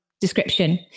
description